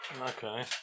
Okay